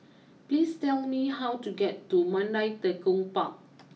please tell me how to get to Mandai Tekong Park